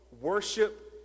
worship